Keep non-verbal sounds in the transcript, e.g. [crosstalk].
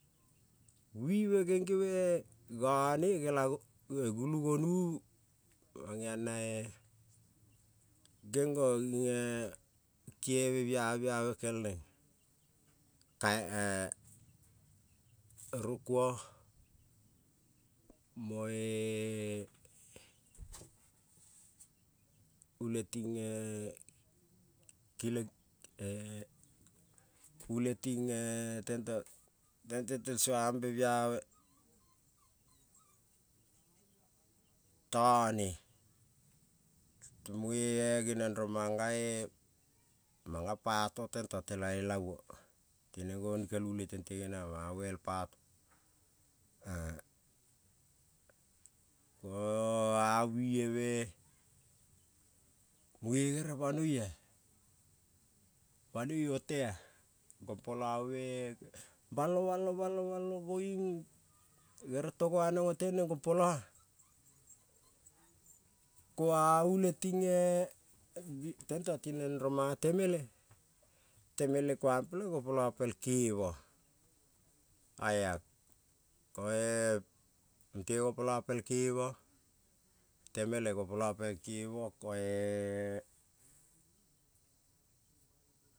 Vive geng-ge me gano gela gulu gonuvu ko mangeong nae, geng-go ginge kiere biave kel neng ka-e rung kua moe- [hesitation] ule ting-e tente tel sumbe piave tone, tong muge-e neniong rong manga-e manga poto tento tela elavo tineng gonic el ule tente geniong manga wel pato [hesitation] a vive me muge gere banoi-a banoi otea, gompo laveme balo balo koiung gere togo aneng ote neng gongpola-a, ko-a ule ting-e tento tineng rong manga temele temele kuang peleng gopola pel keva, oia koe mute gopola pel keva temele gopola pe kevo ko.